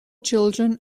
children